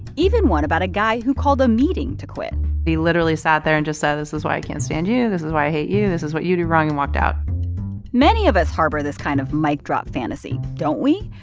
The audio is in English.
even one about a guy who called a meeting to quit he literally sat there and just said, ah this is why i can't stand you, yeah this is why i hate you, this is what you do wrong and walked out many of us harbor this kind of mic drop fantasy, don't we,